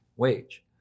Wage